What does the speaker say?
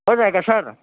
ہو جائے گا سر